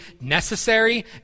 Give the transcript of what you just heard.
necessary